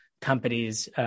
companies